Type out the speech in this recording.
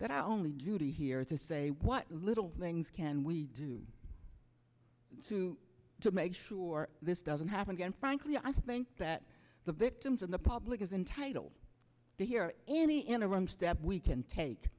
that i only duty here to say what little things can we do to to make sure this doesn't happen again frankly i think that the victims and the public is entitled to hear any